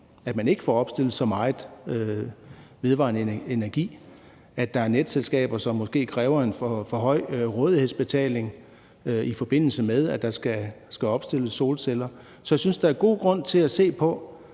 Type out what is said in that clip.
at man ikke får opstillet så meget vedvarende energi; at der er netselskaber, som måske kræver en for høj rådighedsbetaling, i forbindelse med at der skal opstilles solceller. Så jeg synes, der er god grund til at se på: